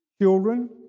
children